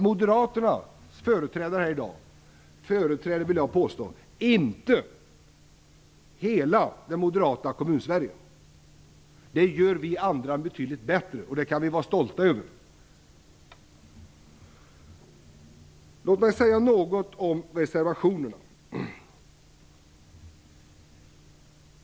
Moderaternas representant i debatten i dag företräder alltså inte, det vill jag påstå, hela det moderata Kommunsverige. Där gör vi andra betydligt bättre, och det kan vi vara stolta över. Låt mig säga något om reservationerna.